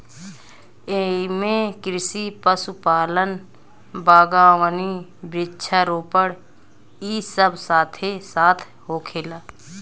एइमे कृषि, पशुपालन, बगावानी, वृक्षा रोपण इ सब साथे साथ होखेला